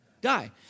Die